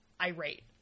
irate